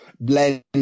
blend